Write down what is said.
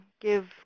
give